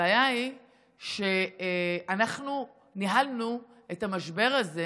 הבעיה היא שאנחנו ניהלנו את המשבר הזה